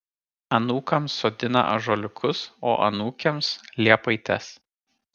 anūkams sodina ąžuoliukus o anūkėms liepaites